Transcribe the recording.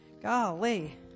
Golly